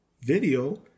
video